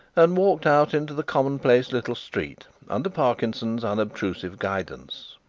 and walked out into the commonplace little street under parkinson's unobtrusive guidance.